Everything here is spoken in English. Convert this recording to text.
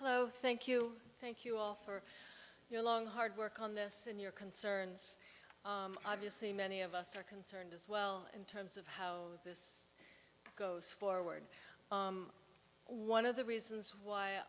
hello thank you thank you all for your long hard work on this and your concerns obviously many of us are concerned as well in terms of how this goes forward one of the reasons why